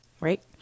right